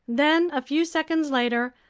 then, a few seconds later,